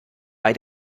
bei